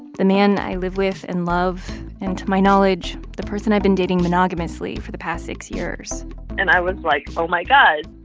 the man i live with and love and, to my knowledge, the person i've been dating monogamously for the past six years and i was like, oh, my god.